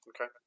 Okay